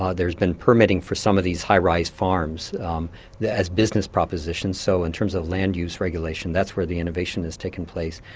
ah there's been permitting for some of these high-rise farms um as business propositions, so in terms of land use regulation, that's where the innovation is taking place.